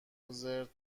زرت